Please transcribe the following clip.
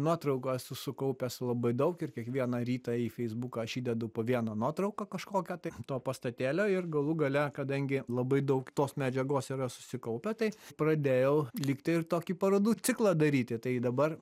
nuotraukų esu sukaupęs labai daug ir kiekvieną rytą į feisbuką aš įdedu po vieną nuotrauką kažkokią tai to pastatėlio ir galų gale kadangi labai daug tos medžiagos yra susikaupę tai pradėjau lygntai ir tokį parodų ciklą daryti tai dabar